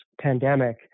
pandemic